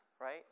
right